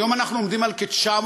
היום אנחנו עומדים על כ-900,000,